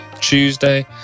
Tuesday